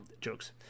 Jokes